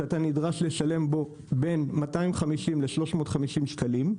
שאתה נדרש לשלם בו בין 250 ל-350 שקלים,